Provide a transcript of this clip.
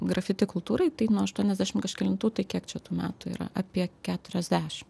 grafiti kultūrai tai nuo aštuoniasdešim kažkelintų tai kiek čia tų metų yra apie keturiasdešim